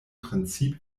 prinzip